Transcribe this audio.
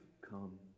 come